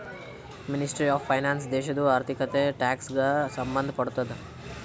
ministry of finance ದೇಶದು ಆರ್ಥಿಕತೆ, tax ಗ ಸಂಭಂದ್ ಪಡ್ತುದ